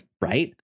Right